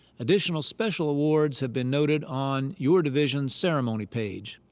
additional special awards have been noted on your division ceremony page.